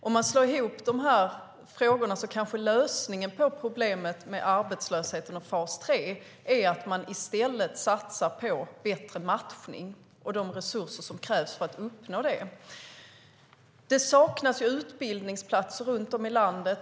Om man slår ihop de här frågorna kanske lösningen på problemet med arbetslösheten och fas 3 är att man i stället satsar på bättre matchning och de resurser som krävs för att uppnå det. Det saknas utbildningsplatser runt om i landet.